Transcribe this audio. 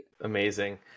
Amazing